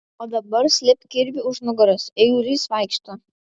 o dabar slėpk kirvį už nugaros eigulys vaikšto